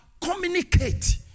Communicate